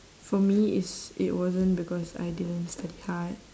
for me is it wasn't because I didn't study hard